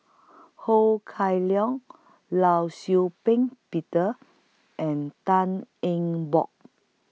Ho Kah Leong law Shau Ping Peter and Tan Eng Bock